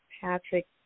Patrick